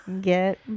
Get